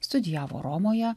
studijavo romoje